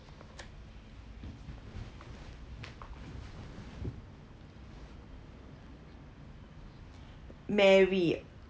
mary